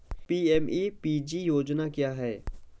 PMEPG योजना क्या है?